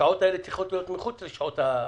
שהשעות האלה צריכות להיות מחוץ לשעות ההוראה.